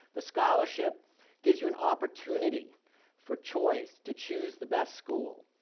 the scholarship gives you an opportunity for choice, to choose the best school.